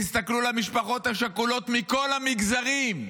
תסתכלו בעיניים למשפחות השכולות מכל המגזרים,